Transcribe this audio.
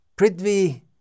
pritvi